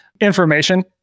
information